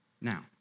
now